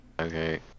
Okay